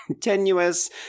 tenuous